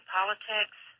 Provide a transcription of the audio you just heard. politics